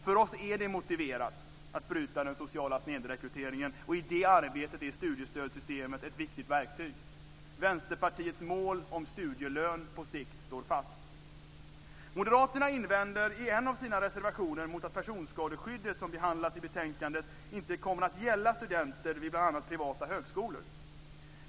För oss är det motiverat att bryta den sociala snedrekryteringen. I det arbetet är studiestödssystemet ett viktigt verktyg. Vänsterpartiets mål om studielön på sikt står fast. Moderaterna invänder i en av sina reservationer att personskadeskyddet, som behandlas i betänkandet, inte kommer att gälla studenter vid bl.a. privata högskolor.